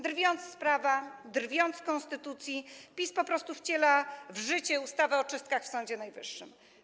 Drwiąc z prawa, drwiąc z konstytucji, PiS po prostu wciela w życie ustawę o czystkach w Sądzie Najwyższym.